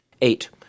Eight